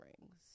rings